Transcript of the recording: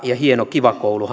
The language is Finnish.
ja hienolla kiva koulu